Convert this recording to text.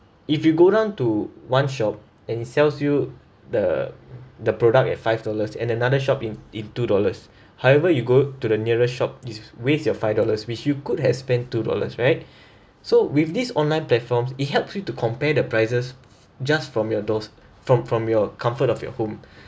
if you go down to one shop and it sells you the the product at five dollars and another shop in in two dollars however you go to the nearest shop is waste your five dollars which you could have spend two dollars right so with this online platforms it helps you to compare the prices just from your doors from from your comfort of your home